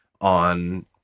on